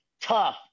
tough